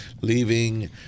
leaving